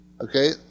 Okay